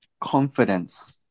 confidence